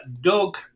Doug